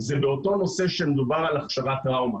זה באותו נושא שמדובר על הכשרת טראומה,